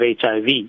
HIV